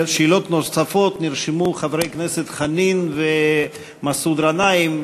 לשאלות נוספות נרשמו חברי הכנסת חנין ומסעוד גנאים.